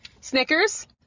Snickers